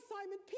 Simon